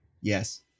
Yes